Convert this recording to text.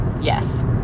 yes